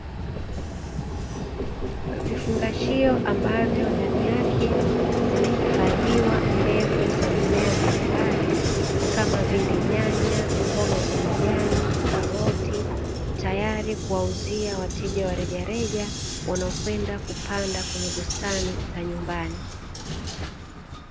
Vifungashio ambavyo ndani yake zimehifadhiwa mbegu za mimea mbalimbali kama vile: nyanya, mboga za majani, karoti tayali kuwauzia wateja wa rejareja wanaokwenda kupanda bustani za nyumbani.